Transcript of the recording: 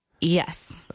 Yes